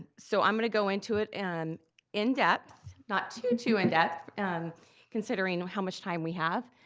so i'm gonna go into it and in depth. not too, too in depth considering how much time we have.